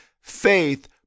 faith